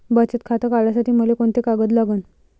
बचत खातं काढासाठी मले कोंते कागद लागन?